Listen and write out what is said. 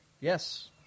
yes